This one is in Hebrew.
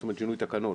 זאת אומרת שינוי תקנות,